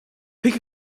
pick